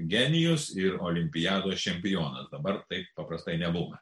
genijus ir olimpiados čempionas dabar taip paprastai nebūna